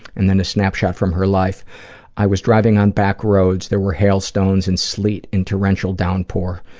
and then, a snapshot from her life i was driving on back roads. there were hailstones and sleet and torrential downpours.